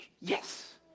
Yes